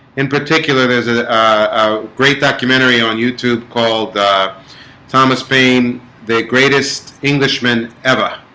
in particular there's a great documentary on youtube called thomas paine the greatest englishman ever